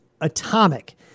Atomic